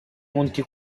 monti